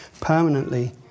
permanently